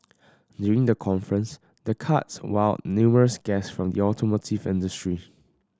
during the conference the karts wowed numerous guests from the automotive industry